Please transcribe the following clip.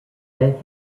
that